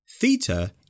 Theta